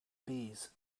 bees